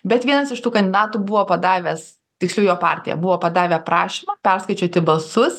bet vienas iš tų kandidatų buvo padavęs tiksliau jo partija buvo padavę prašymą perskaičiuoti balsus